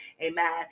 Amen